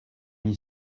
m’y